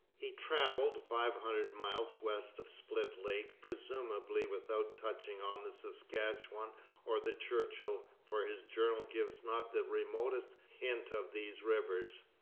he travelled five hundred miles west of split lake presumably without touching on the saskatchewan or the churchill, for his journal gives not the remotest hint of these rivers.